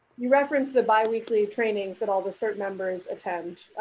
you referenced the biweekly trainings and all the cert members attend,